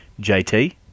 JT